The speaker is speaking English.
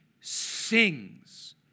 sings